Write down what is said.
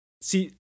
see